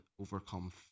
overcome